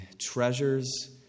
treasures